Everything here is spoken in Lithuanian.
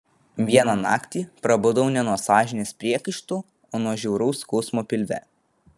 vieną naktį prabudau ne nuo sąžinės priekaištų o nuo žiauraus skausmo pilve